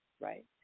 right